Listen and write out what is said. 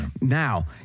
Now